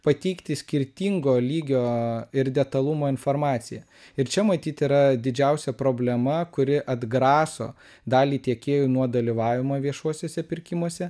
pateikti skirtingo lygio ir detalumo informaciją ir čia matyt yra didžiausia problema kuri atgraso dalį tiekėjų nuo dalyvavimo viešuosiuose pirkimuose